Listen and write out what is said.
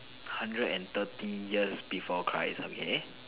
hundred and thirty years before Christ okay